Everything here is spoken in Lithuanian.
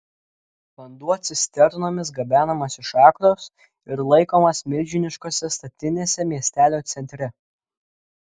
vanduo cisternomis gabenamas iš akros ir laikomas milžiniškose statinėse miestelio centre